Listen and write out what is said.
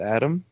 Adam